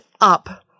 up